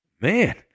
Man